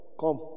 Come